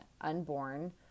unborn